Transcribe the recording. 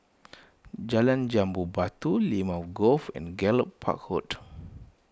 Jalan Jambu Batu Limau Grove and Gallop Park Road